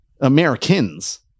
Americans